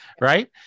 right